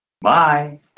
Bye